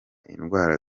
indwara